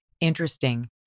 interesting